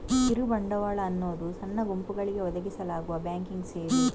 ಕಿರು ಬಂಡವಾಳ ಅನ್ನುದು ಸಣ್ಣ ಗುಂಪುಗಳಿಗೆ ಒದಗಿಸಲಾಗುವ ಬ್ಯಾಂಕಿಂಗ್ ಸೇವೆ